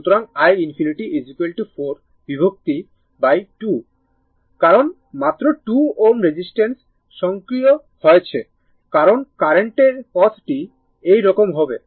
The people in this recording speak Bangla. সুতরাং i ∞ 4 বিভক্ত2 হবে কারণ মাত্র 2 Ω রেজিস্টেন্স সক্রিয় রয়েছে কারণ কার্রেন্টের পথটি এই রকম হবে